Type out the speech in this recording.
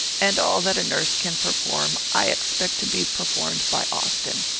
and all that a nurse can perform, i expect to be performed by austin.